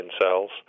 cells